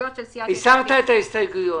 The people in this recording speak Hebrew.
הסרתי את ההסתייגויות.